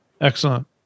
Excellent